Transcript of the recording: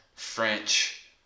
French